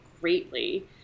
greatly